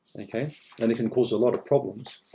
and, it can cause a lot of problems.